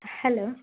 hello